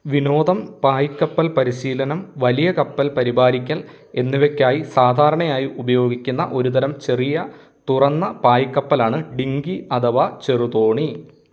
വിനോദം പായ്ക്കപ്പൽ പരിശീലനം വലിയ കപ്പൽ പരിപാലിക്കൽ എന്നിവയ്ക്കായി സാധാരണയായി ഉപയോഗിക്കുന്ന ഒരുതരം ചെറിയ തുറന്ന പായ്ക്കപ്പലാണ് ഡിങ്കി അഥവാ ചെറുതോണി